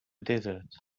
desert